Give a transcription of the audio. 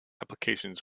applications